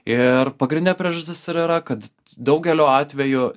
ir pagrindinė priežastis ir yra kad daugeliu atvejų